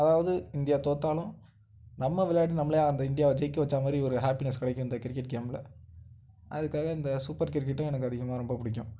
அதாவது இந்தியா தோற்றாலும் நம்ம விளாயாடி நம்மளே அந்த இந்தியாவை ஜெயிக்க வச்சால் மாதிரி ஒரு ஹேப்பினஸ் கிடைக்கும் இந்த கிரிக்கெட் கேமில் அதுக்காக இந்த சூப்பர் கிரிக்கெட்டும் எனக்கு அதிகமாக ரொம்ப பிடிக்கும்